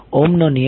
ઓહ્મનો નિયમ